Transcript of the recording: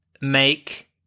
make